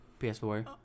PS4